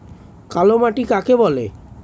কালোমাটি কাকে বলে?